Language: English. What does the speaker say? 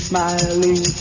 smiling